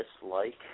dislike